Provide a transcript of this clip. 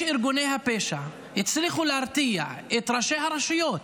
איך ארגוני הפשע הצליחו להרתיע את ראשי הרשויות,